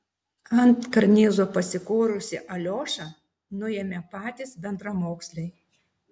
ant karnizo pasikorusį aliošą nuėmė patys bendramoksliai